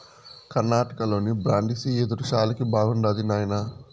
కర్ణాటకలోని బ్రాండిసి యెదురు శాలకి బాగుండాది నాయనా